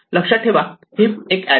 लक्षात ठेवा हीप एक एरे आहे